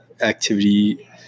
activity